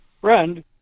friend